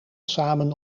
samen